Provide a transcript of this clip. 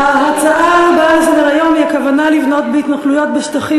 ההצעה הבאה על סדר-היום היא: הכוונה לבנות בהתנחלויות בשטחים